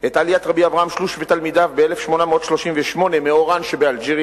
את עליית רבי אברהם שלוש ותלמידיו ב-1838 מאוראן שבאלג'יריה,